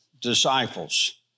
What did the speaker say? disciples